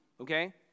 okay